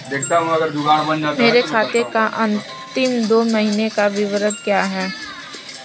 मेरे खाते का अंतिम दो महीने का विवरण क्या है?